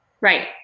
Right